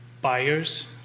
buyers